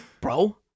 Bro